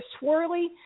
swirly